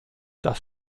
das